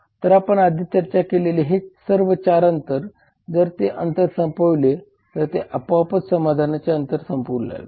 तर आपण आधी चर्चा केलेले हे सर्व 4 अंतर जर ते अंतर संपविले तर ते आपोआपच समाधानाचे अंतर संपवू शकेल